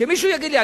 שמישהו יגיד לי.